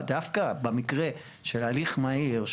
דווקא במקרה של הליך מהיר,